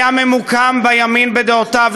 נחרים את העולם.